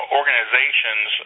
organizations